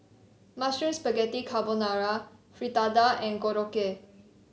Mushroom Spaghetti Carbonara Fritada and Korokke